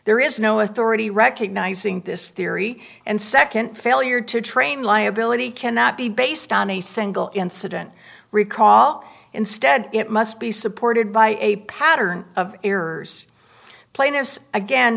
there is no authority recognizing this theory and second failure to train liability cannot be based on a single incident recall instead it must be supported by a pattern of errors plaintiffs again